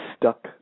stuck